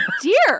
dear